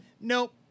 Nope